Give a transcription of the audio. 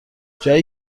جایی